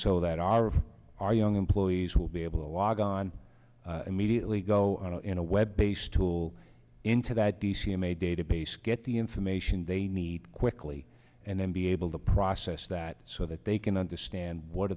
so that our of our young employees will be able to log on immediately go in a web based tool into that d c m a database get the information they quickly and then be able to process that so that they can understand what